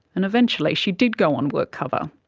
and eventually she did go on workcover.